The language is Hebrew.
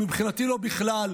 ומבחינתי בכלל,